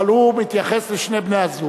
אבל הוא מתייחס לשני בני-הזוג.